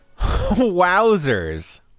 Wowzers